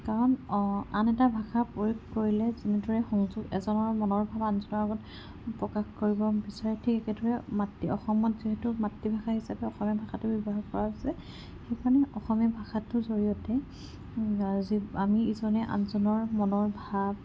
কাৰণ আন এটা ভাষা প্ৰয়োগ কৰিলে যেনেদৰে সংযোগ এজনৰ মনৰ ভাব আন এজনৰ আগত প্ৰকাশ কৰিব বিচাৰে ঠিক একেদৰে অসমত যিহেতু মাতৃভাষা হিচাপে অসমীয়া ভাষাটো ব্যৱহাৰ কৰা হৈছে সেইকাৰণে অসমীয়া ভাষাটোৰ জৰিয়তে আমি ইজনে আনজনৰ মনৰ ভাব